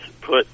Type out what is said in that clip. put